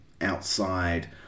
outside